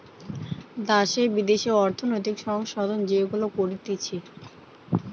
দ্যাশে বিদ্যাশে অর্থনৈতিক সংশোধন যেগুলা করতিছে